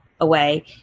away